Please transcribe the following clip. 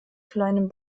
kleinem